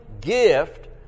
gift